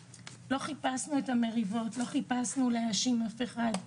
חיפשנו את המריבות ולא האשמנו אף אחד.